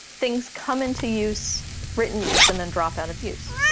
things come into use written use and then drop out of use,